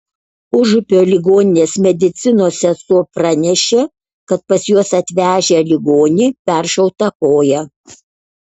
užupio ligoninės medicinos sesuo pranešė kad pas juos atvežę ligonį peršauta koja